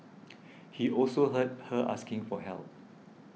he also heard her asking for help